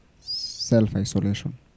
Self-isolation